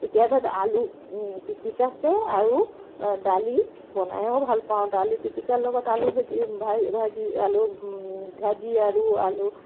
তেতিয়া ভ আলু পিটিকাকে আৰু দালি বনাইও ভাল পাওঁ দালি পিটিকাৰ লগত আলু ভাজি ভ ভাজি আলু ভাজি আৰু আলু